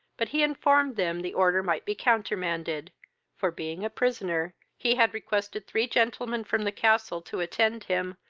but he informed them the order might be countermanded for, being a prisoner, he had requested three gentlemen from the castle to attend him,